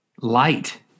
light